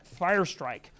Firestrike